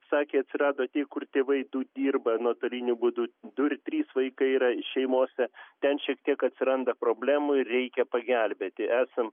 sakė atsirado tie kur tėvai du dirba nuotoliniu būdu du ir trys vaikai yra šeimose ten šiek tiek atsiranda problemų reikia pagelbėti esanm